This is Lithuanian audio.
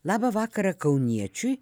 labą vakarą kauniečiui